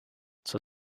zur